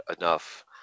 enough